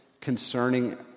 concerning